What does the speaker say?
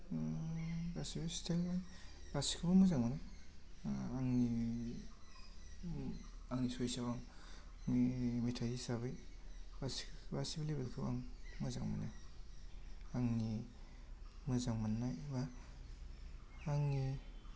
गासिबो स्टाइल नि गासिखौबो मोजां मोनो आंनि आंनि सयस आव आंनि मेथाइ हिसाबै गासिबो लेबेल खौ आं मोजां मोनो आंनि मोजां मोननायबा आंनि